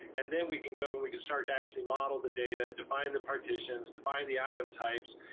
and then we can go and we can start to actually model the data, define the partitions, define the item types.